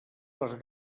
les